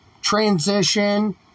transition